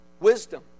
Wisdom